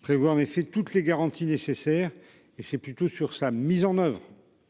Prévoit en effet toutes les garanties nécessaires et c'est plutôt sur sa mise en oeuvre.